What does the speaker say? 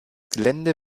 gelände